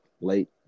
late